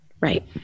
Right